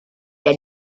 der